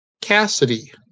Cassidy